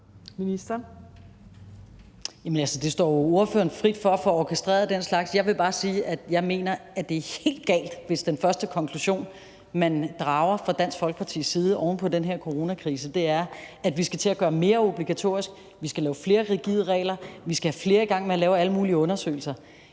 står jo ordføreren frit for at få orkestreret den slags. Jeg vil bare sige, at jeg mener, at det er helt galt, hvis den første konklusion, man fra Dansk Folkepartis side drager oven på den her coronakrise, er, at vi skal til at gøre mere obligatorisk, vi skal lave flere rigide regler, vi skal have flere i gang med at lave alle mulige undersøgelser.